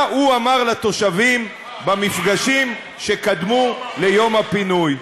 מה הוא אמר לתושבים במפגשים שקדמו ליום הפינוי.